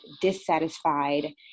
dissatisfied